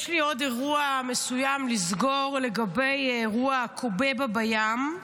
יש לי עוד אירוע מסוים לסגור לגבי אירוע הקובבה בים,